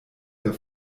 der